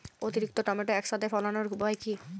অতিরিক্ত টমেটো একসাথে ফলানোর উপায় কী?